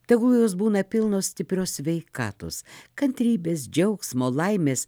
tegul jos būna pilnos stiprios sveikatos kantrybės džiaugsmo laimės